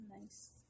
Nice